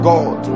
God